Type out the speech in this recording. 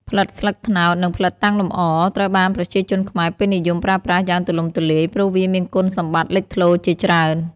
ផ្លិតស្លឹកត្នោត និងផ្លិតតាំងលម្អ ត្រូវបានប្រជាជនខ្មែរពេញនិយមប្រើប្រាស់យ៉ាងទូលំទូលាយ ព្រោះវាមានគុណសម្បត្តិលេចធ្លោជាច្រើន។